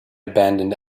abandoned